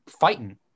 fighting